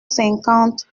cinquante